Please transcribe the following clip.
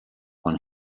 when